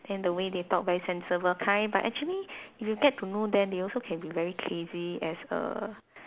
then the way they talk very sensible kind but actually if you get to know them they also can be very crazy as a